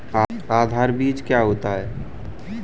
आधार बीज क्या होता है?